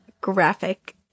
graphic